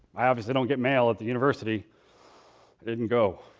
i obviously don't get mail at the university. i didn't go.